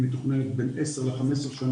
הנוכחי והיא מתוכננת לעבור בעוד בין 10 ל-15 שנה,